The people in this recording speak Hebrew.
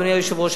אדוני היושב-ראש,